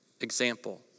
example